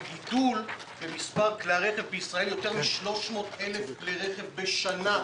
יש גידול של יותר מ-300,000 כלי רכב בשנה בישראל.